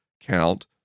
count